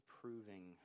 proving